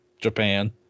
Japan